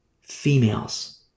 females